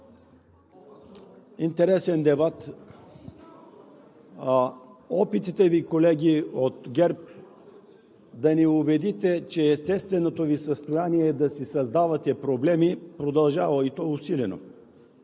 интересен дебат. Опитите Ви, колеги от ГЕРБ, да ни убедите, че естественото Ви състояние е да си създавате проблеми, продължават, и то усилено.